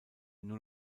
nur